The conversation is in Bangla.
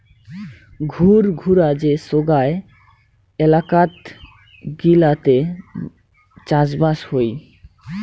ঘুরঘুরা যে সোগায় এলাকাত গিলাতে চাষবাস হই